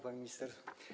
Pani Minister!